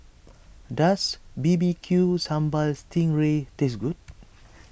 does B B Q Sambal Sting Ray taste good